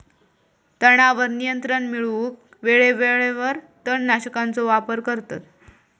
तणावर नियंत्रण मिळवूक वेळेवेळेवर तण नाशकांचो वापर करतत